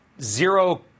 zero